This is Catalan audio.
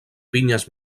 pinyes